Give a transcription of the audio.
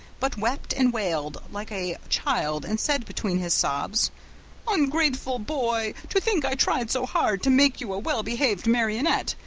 but wept and wailed like a child and said between his sobs ungrateful boy! to think i tried so hard to make you a well-behaved marionette!